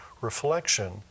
reflection